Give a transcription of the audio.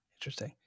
interesting